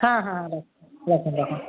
হ্যাঁ হ্যাঁ হ্যাঁ রাখুন রাখুন রাখুন